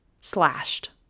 slashed